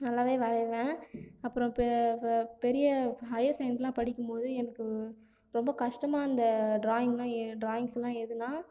நல்லாவே வரையுவேன் அப்புறம் பெ பெரிய ஹையர் செகண்ட்ரிலாம் படிக்கும்போது எனக்கு ரொம்ப கஷ்டமாக இருந்த ட்ராயிங்னால் எ ட்ராயிங்ஸ்லாம் எதுனால்